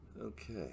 Okay